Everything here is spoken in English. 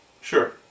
Sure